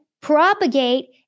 propagate